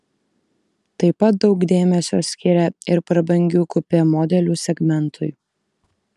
taip pat daug dėmesio skiria ir prabangių kupė modelių segmentui